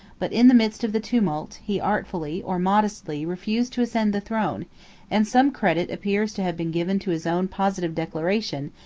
but in the midst of the tumult, he artfully, or modestly, refused to ascend the throne and some credit appears to have been given to his own positive declaration,